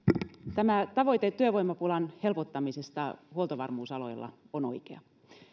tavoite työvoimapulan helpottamisesta huoltovarmuusaloilla on oikea